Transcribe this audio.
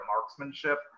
marksmanship